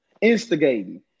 instigating